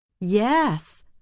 Yes